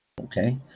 Okay